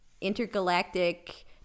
intergalactic